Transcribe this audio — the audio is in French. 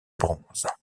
bronze